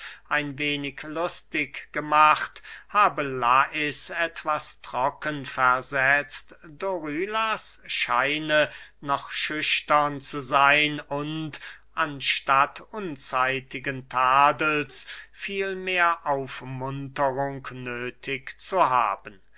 ein wenig lustig gemacht habe lais etwas trocken versetzt dorylas scheine noch schüchtern zu seyn und anstatt unzeitigen tadels vielmehr aufmunterung nöthig zu haben